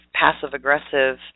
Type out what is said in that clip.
passive-aggressive